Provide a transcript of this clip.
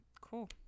cool